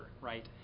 right